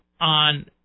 on